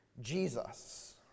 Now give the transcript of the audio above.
Jesus